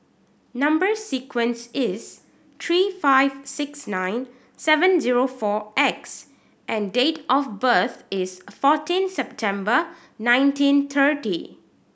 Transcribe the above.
number sequence is three five six nine seven zero four X and date of birth is fourteen September nineteen thirty